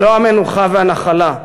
הוא לא המנוחה והנחלה,